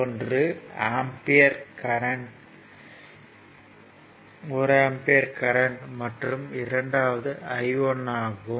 ஒன்று ampere current மற்றும் இரண்டாவது I 1 ஆகும்